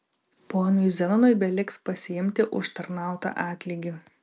ponui zenonui beliks pasiimti užtarnautą atlygį